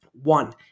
One